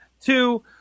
Two